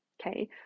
okay